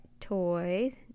toys